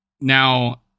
Now